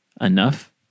enough